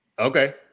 Okay